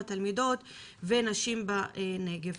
התלמידות ונשים בנגב.